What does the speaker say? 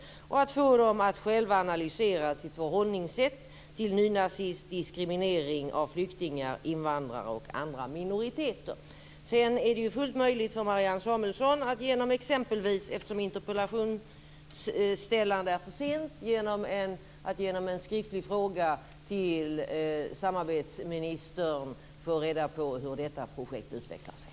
Det ska få dem att själva analysera sitt förhållningssätt till nynazistisk diskriminering av flyktingar, invandrare och andra minoriteter. Det är fullt möjligt för Marianne Samuelsson att genom exempelvis - eftersom det är för sent för interpellationsställande - en skriftlig fråga till samarbetsministern få reda på hur detta projekt utvecklar sig.